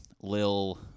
Lil